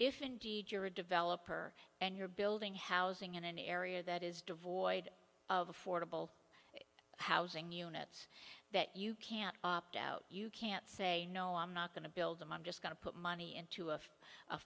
if you're a developer and you're building housing in an area that is devoid of affordable housing units that you can't opt out you can't say no i'm not going to build them i'm just going to put money into a